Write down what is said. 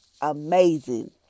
amazing